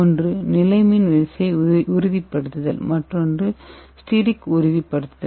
ஒன்று நிலைமின் விசைஉறுதிப்படுத்தல் மற்றொன்று ஸ்டெரிக் உறுதிப்படுத்தல்